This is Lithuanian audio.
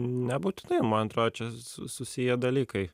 nebūtinai man atrodo čia susiję dalykai